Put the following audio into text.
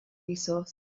resource